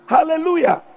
Hallelujah